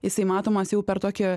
jisai matomas jau per tokią